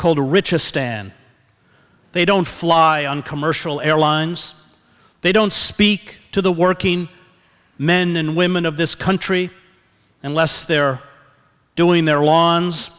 a rich a stand they don't fly on commercial airlines they don't speak to the working men and women of this country unless they're doing their lawns